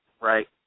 Right